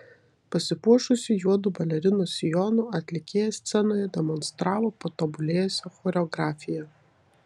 pasipuošusi juodu balerinos sijonu atlikėja scenoje demonstravo patobulėjusią choreografiją